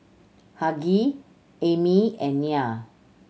Hughie Amie and Nya